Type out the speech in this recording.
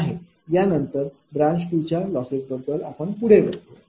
यानंतर ब्रांच 2 च्या लॉसेस बद्दल पुढे बघूया